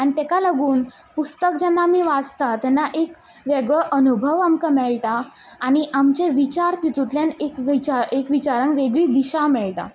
आनी तेका लागून पुस्तक जेन्ना आमी वाचतात तेन्ना एक वेगळो अनुभव आमकां मेळटा आनी आमचे विचार तितूंतल्यान एक विचारान वेगळी दिशा मेळटा